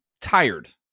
tired